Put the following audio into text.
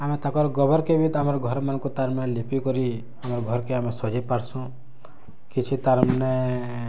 ଆମେ ତାକଁର୍ ଗୋବର୍ କେ ବି ତ ଆମର୍ ଘର ମାନକୁଁ ତାର୍ମାନେ ଲିପିକରି ଆମର୍ ଘରକେ ଆମେ ସଜାଇ ପାରସୁଁ କିଛି ତାର୍ମାନେ